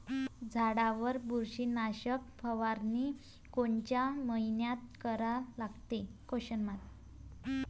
झाडावर बुरशीनाशक फवारनी कोनच्या मइन्यात करा लागते?